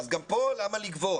אז גם פה, למה לגבות?